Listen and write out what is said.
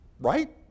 Right